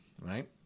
right